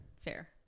fair